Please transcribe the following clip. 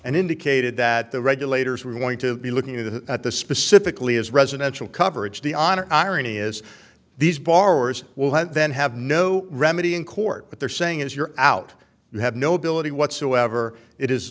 and indicated that the regulators were going to be looking at the specifically as residential coverage the honor irony is these borrowers will have then have no remedy in court but they're saying is your out you have no ability whatsoever it is